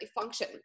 function